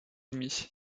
demi